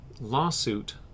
lawsuit